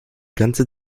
ganze